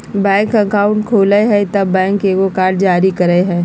bank account खोलय हइ तब बैंक एगो कार्ड जारी करय हइ